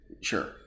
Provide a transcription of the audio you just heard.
Sure